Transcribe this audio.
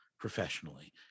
professionally